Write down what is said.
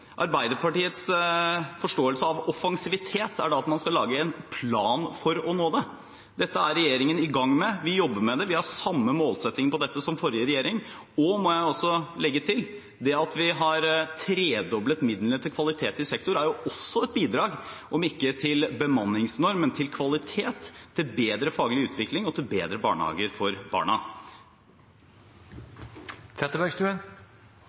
Arbeiderpartiets forståelse av offensivitet er at man skal lage en plan for å nå det. Dette er regjeringen i gang med. Vi jobber med det. Vi har samme målsetting på dette som forrige regjering. Jeg må også legge til at det at vi har tredoblet midlene til kvalitet i sektoren, er også et bidrag om ikke til bemanningsnorm, så til kvalitet, til bedre faglig utvikling og til bedre barnehager for